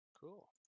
Cool